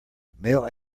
male